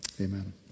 Amen